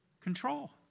control